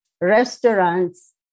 restaurants